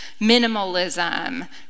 minimalism